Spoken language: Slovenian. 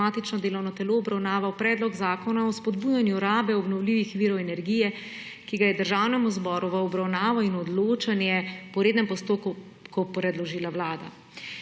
kot matično delovno telo obravnaval Predlog zakona o spodbujanju rabe obnovljivih virov energije, ki ga je Državnemu zboru v obravnavo in odločanje po rednem postopku predložila Vlada.